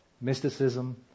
mysticism